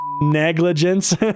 negligence